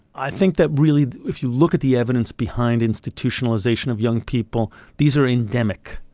i think that really if you look at the evidence behind institutionalisation of young people, these are endemic.